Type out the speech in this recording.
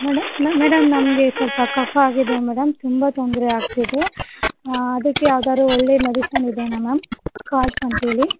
madam madam ನಮಗೆ ಸ್ವಲ್ಪ ಕಫ ಆಗಿದೆ ಮೇಡಮ್ ತುಂಬಾ ತೊಂದರೆ ಆಗ್ತಿದೆ ಅದಿಕ್ಕೆ ಯಾವುದಾರು ಒಳ್ಳೆ ಮೆಡಿಸಿನ್ ಇದೇನು ಮ್ಯಾಮ್ ಕಾಲ್ಸ್ ಅಂತೇಳಿ